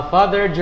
Father